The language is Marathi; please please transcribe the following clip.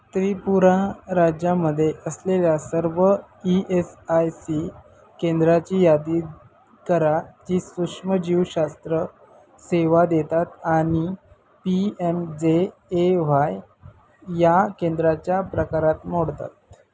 त्रिपुरा राज्यामध्ये असलेल्या सर्व ई एस आय सी केंद्राची यादी करा जी सूक्ष्मजीवशास्त्र सेवा देतात आणि P M J A Y या केंद्राच्या प्रकारात मोडतात